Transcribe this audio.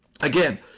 again